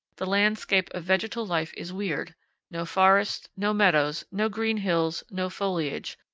the landscape of vegetal life is weird no forests, no meadows, no green hills, no foliage,